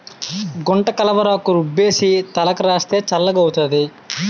గుంటకలవరాకు రుబ్బేసి తలకు రాస్తే చల్లగౌతాది